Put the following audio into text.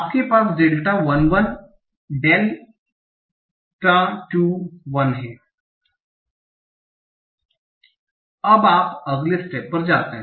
आपके पास delta 1 1 del 2 1 है अब आप अगले स्टेप पर जाते हैं